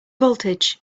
voltage